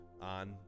on